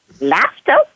laughter